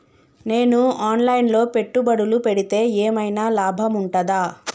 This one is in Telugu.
నేను ఆన్ లైన్ లో పెట్టుబడులు పెడితే ఏమైనా లాభం ఉంటదా?